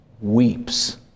weeps